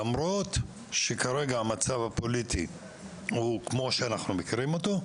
למרות שכרגע המצב הפוליטי הוא כמו שאנחנו מכירים אותו,